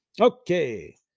okay